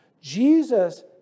Jesus